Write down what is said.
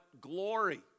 glory